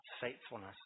faithfulness